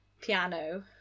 piano